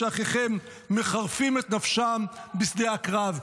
כשאחיכם מחרפים את נפשם בשדה הקרב?